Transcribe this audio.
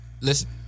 listen